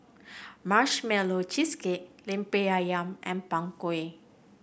Marshmallow Cheesecake Lemper Ayam and Png Kueh